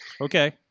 Okay